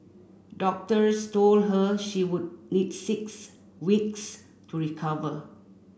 doctors told her she would need six weeks to recover